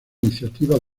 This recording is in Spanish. iniciativas